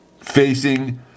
facing